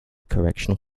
correctional